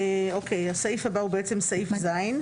אוקיי, הסעיף הבא הוא בעצם סעיף (ז).